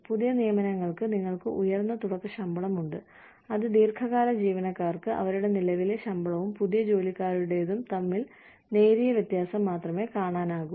പുതിയ നിയമനങ്ങൾക്ക് നിങ്ങൾക്ക് ഉയർന്ന തുടക്ക ശമ്പളമുണ്ട് അത് ദീർഘകാല ജീവനക്കാർക്ക് അവരുടെ നിലവിലെ ശമ്പളവും പുതിയ ജോലിക്കാരുടേതും തമ്മിൽ നേരിയ വ്യത്യാസം മാത്രമേ കാണാനാകൂ